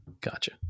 Gotcha